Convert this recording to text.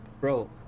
Bro